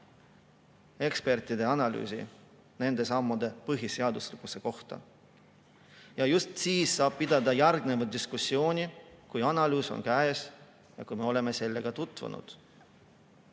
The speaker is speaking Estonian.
ekspertide analüüsi nende sammude põhiseaduslikkuse kohta. Alles siis saab pidada diskussiooni, kui analüüs on käes ja me oleme sellega tutvunud.